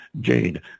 Jane